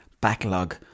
backlog